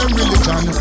religion